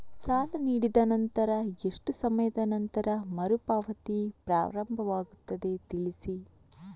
ಸಾಲ ನೀಡಿದ ನಂತರ ಎಷ್ಟು ಸಮಯದ ನಂತರ ಮರುಪಾವತಿ ಪ್ರಾರಂಭವಾಗುತ್ತದೆ ತಿಳಿಸಿ?